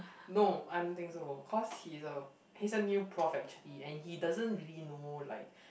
no I don't think so cause he's a he's a new prof actually and he doesn't really know like